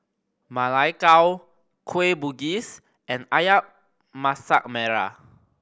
Ma Lai Gao Kueh Bugis and Ayam Masak Merah